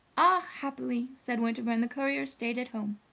ah, happily, said winterbourne, the courier stayed at home.